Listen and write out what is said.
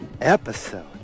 episode